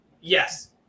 Yes